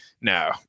No